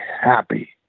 happy